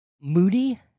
moody